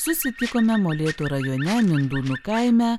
susitikome molėtų rajone mindūnų kaime